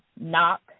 Knock